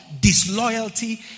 disloyalty